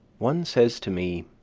one says to me,